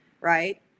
right